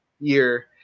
year